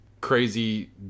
crazy